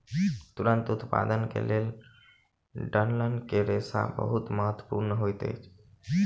तूरक उत्पादन के लेल डंठल के रेशा बहुत महत्वपूर्ण होइत अछि